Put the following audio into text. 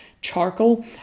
charcoal